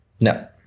No